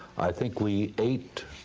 i think we ate,